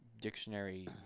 dictionary